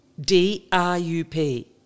D-R-U-P